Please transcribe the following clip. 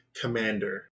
commander